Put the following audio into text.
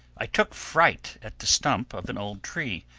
i took fright at the stump of an old tree,